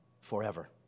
forever